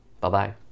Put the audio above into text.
Bye-bye